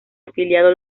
afiliado